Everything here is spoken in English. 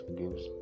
gives